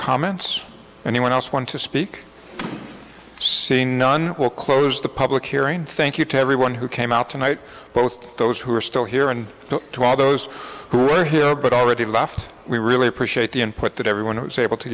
comments anyone else want to speak seen none will close the public hearing thank you to everyone who came out tonight both those who are still here and to all those who are here but already left we really appreciate the input that everyone was able to